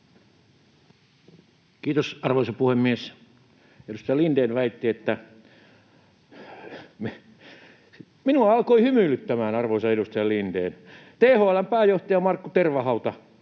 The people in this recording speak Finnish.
Kiitos, arvoisa puhemies! Edustaja Lindén väitti, että... Minua alkoi hymyilyttämään, arvoisa edustaja Lindén. THL:n pääjohtaja Markku Tervahauta: